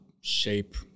shape